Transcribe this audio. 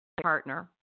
partner